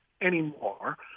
Anymore